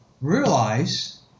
realize